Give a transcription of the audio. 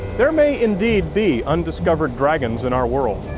there may indeed be undiscovered dragons in our world.